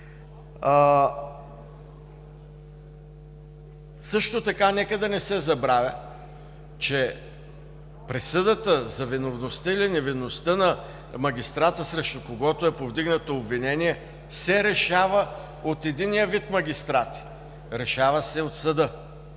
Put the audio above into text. Също така, нека да не се забравя, че присъдата за виновността или невинността на магистрата, срещу когото е повдигнато обвинение, се решава от единия вид магистрати, решава се от съда,